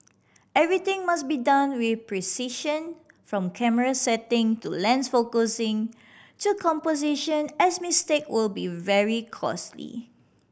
everything must be done with precision from camera setting to lens focusing to composition as mistake will be very costly